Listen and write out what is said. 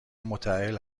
متاهل